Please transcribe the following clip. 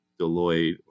Deloitte